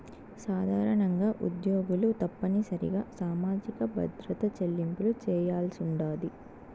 సాధారణంగా ఉద్యోగులు తప్పనిసరిగా సామాజిక భద్రత చెల్లింపులు చేయాల్సుండాది